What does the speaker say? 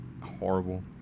horrible